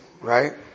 right